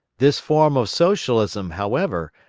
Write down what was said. this form of socialism, however,